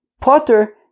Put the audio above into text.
potter